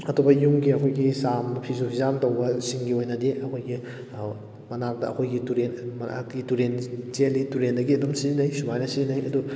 ꯑꯇꯣꯞꯄ ꯌꯨꯝꯒꯤ ꯑꯩꯈꯣꯏꯒꯤ ꯆꯥꯝ ꯐꯤꯁꯨ ꯐꯤꯆꯥꯝ ꯇꯧꯕꯁꯤꯡꯒꯤ ꯑꯣꯏꯅꯗꯤ ꯑꯩꯈꯣꯏꯒꯤ ꯃꯅꯥꯛꯇ ꯑꯩꯈꯣꯏꯒꯤ ꯇꯨꯔꯦꯜ ꯃꯅꯥꯛꯀꯤ ꯇꯨꯔꯦꯜ ꯆꯦꯜꯂꯤ ꯇꯨꯔꯦꯜꯗꯒꯤ ꯑꯗꯨꯝ ꯁꯤꯖꯤꯟꯅꯩ ꯁꯨꯃꯥꯏꯅ ꯁꯤꯖꯤꯟꯅꯩ ꯑꯗꯣ